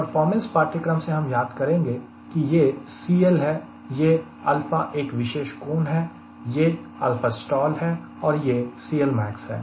performance पाठ्यक्रम से हम याद करेंगे कि यह CL है यह एक विशेष कोण है यह stall है और यह CLmax है